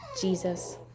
Jesus